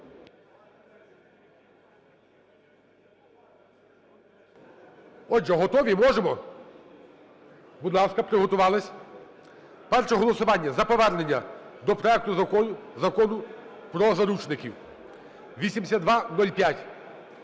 Отже, готові? Можемо? Будь ласка, приготувалися. Перше голосування за повернення до проекту Закону про заручників (8205).